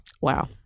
Wow